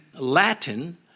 Latin